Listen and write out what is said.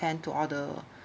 to all the